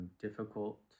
Difficult